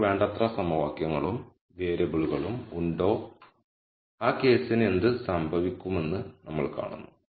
നമുക്ക് വേണ്ടത്ര സമവാക്യങ്ങളും വേരിയബിളുകളും ഉണ്ടോ ആ കേസിന് എന്ത് സംഭവിക്കുമെന്ന് നമ്മൾ കാണുന്നു